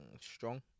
Strong